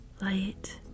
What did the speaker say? light